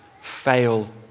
fail